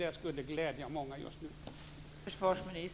Det skulle glädja många just nu.